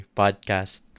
podcast